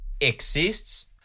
exists